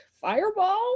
Fireball